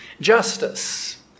Justice